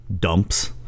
dumps